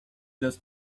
just